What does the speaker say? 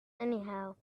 anyhow